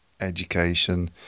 education